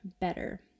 better